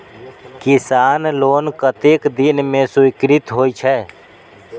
किसान लोन कतेक दिन में स्वीकृत होई छै?